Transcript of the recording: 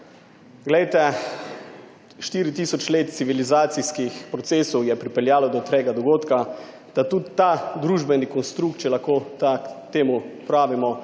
Glejte, štiri tisoč let civilizacijskih procesov je pripeljalo do tega dogodka, da tudi ta družbeni konstrukt, če lahko temu tako pravimo,